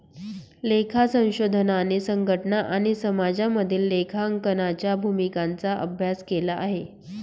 लेखा संशोधनाने संघटना आणि समाजामधील लेखांकनाच्या भूमिकांचा अभ्यास केला आहे